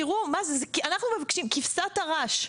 כבשת הרש.